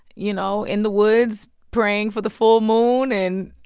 you know, in the woods praying for the full moon and